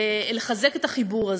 לחזק את החיבור הזה.